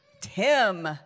Tim